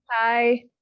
Hi